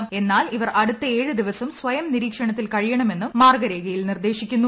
ദ് എന്നാൽ ഇവർ അടുത്ത ഏഴ് ദിവസം സ്വയം നിരീക്ഷ്ണത്തിൽ കഴിയണമെന്നും മാർഗരേഖയിൽ നിർദ്ദേശിക്കുന്നു